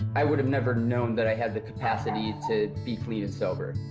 i would've never known that i had the capacity to be clean and sober.